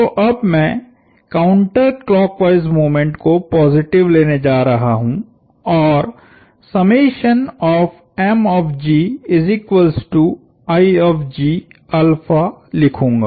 तो अब मैं काउंटर क्लॉकवाइस मोमेंट को पॉजिटिव लेने जा रहा हूं औरलिखूंगा